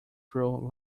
through